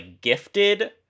gifted